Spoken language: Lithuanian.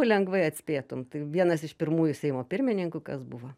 lengvai atspėtum tai vienas iš pirmųjų seimo pirmininkų kas buvo